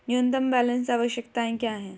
न्यूनतम बैलेंस आवश्यकताएं क्या हैं?